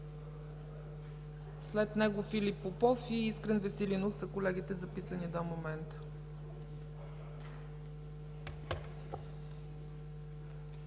След него Филип Попов и Искрен Веселинов са колегите, записани до момента.